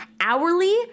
hourly